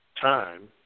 time